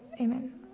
Amen